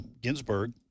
ginsburg